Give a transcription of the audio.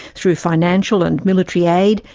through financial and military aid,